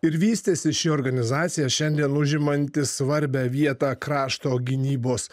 ir vystėsi ši organizacija šiandien užimanti svarbią vietą krašto gynybos